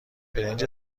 برنج